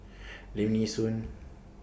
Lim Nee Soon